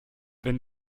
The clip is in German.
wenn